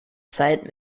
zeit